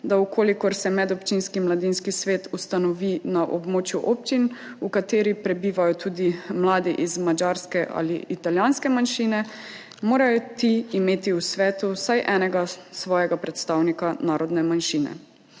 da če se medobčinski mladinski svet ustanovi na območju občin, v katerih prebivajo tudi mladi iz madžarske ali italijanske manjšine, morajo ti imeti v svetu vsaj enega svojega predstavnika narodne manjšine.